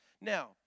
Now